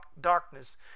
darkness